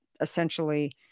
essentially